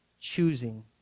choosing